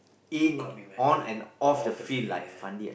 call me when they're off the field ya